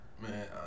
Man